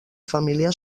família